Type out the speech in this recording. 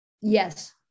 Yes